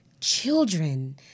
children